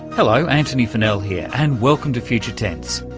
hello, antony funnell here, and welcome to future tense.